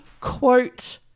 quote